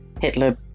Hitler